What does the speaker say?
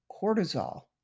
cortisol